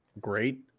great